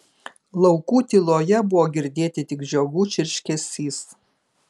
laukų tyloje buvo girdėti tik žiogų čirškesys